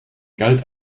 galt